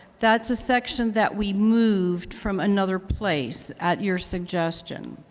that's a section that we moveed from another place at your suggestion.